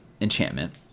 enchantment